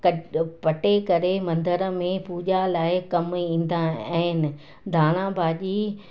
क पटे करे मंदर में पूॼा लाइ कमु ईंदा आहिनि धाणा भाॼी